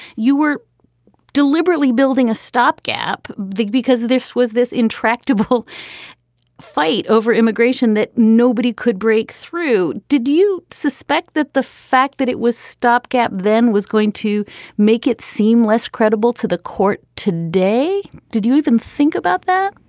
you were deliberately building a stopgap vague because this was this intractable fight over immigration that nobody could break through. did you suspect that the fact that it was stopgap then was going to make it seem less credible to the court today? did you even think about that?